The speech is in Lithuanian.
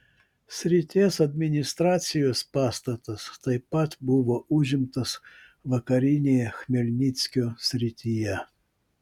srities administracijos pastatas taip pat buvo užimtas vakarinėje chmelnyckio srityje